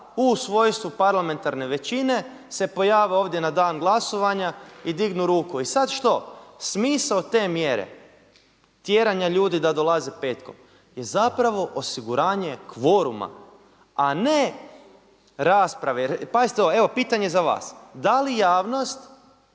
u svojstvu parlamentarne većine se pojave ovdje na dan glasovanja i dignu ruku. I sada što, smisao te mjere tjeranja ljudi da dolaze petkom je zapravo osiguranje kvoruma a ne rasprave. Jer pazite ovo, evo pitanje za vas, da li javnost